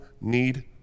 need